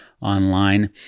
online